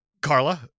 Carla